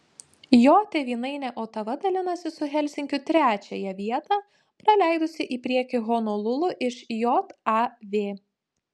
jo tėvynainė otava dalinasi su helsinkiu trečiąją vietą praleidusi į priekį honolulu iš jav